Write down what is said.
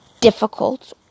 difficult